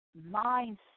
mindset